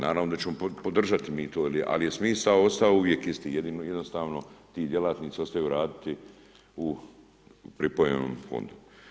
Naravno da ćemo podržati mi to, ali je smisao ostao uvijek isti, jednostavno ti djelatnici ostaju raditi u pripojenom fondu.